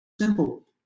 simple